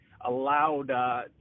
allowed